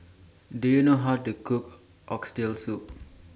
Do YOU know How to Cook Oxtail Soup